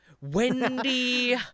Wendy